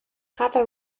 harter